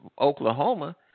Oklahoma